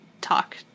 talk